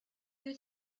you